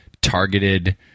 targeted